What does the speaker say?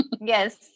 yes